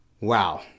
Wow